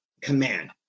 command